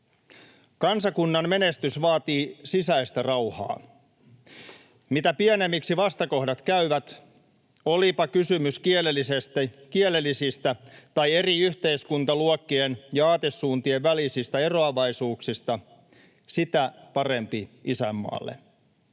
”Kansakunnan menestys vaatii sisäistä rauhaa. Mitä pienemmiksi vastakohdat käyvät, olipa kysymys kielellisistä tai eri yhteiskuntaluokkien ja aatesuuntien välisistä eroavaisuuksista, sitä parempi isänmaalle.”